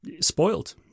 spoiled